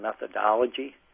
methodology